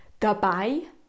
Dabei